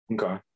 Okay